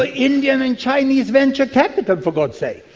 ah indian and chinese venture capital, for god's sake!